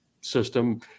system